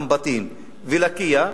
אום-בטין ולקיה,